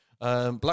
Black